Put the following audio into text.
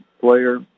player